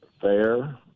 fair